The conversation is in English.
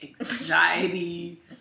anxiety